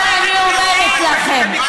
את מצדדת פה בחיזבאללה.